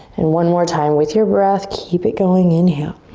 and one more time with your breath, keep it going, inhale.